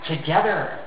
together